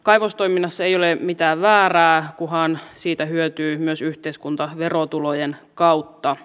kaivostoiminnassa ei ole mitään väärää kunhan siitä hyötyy myös yhteiskunta verotulojen kautta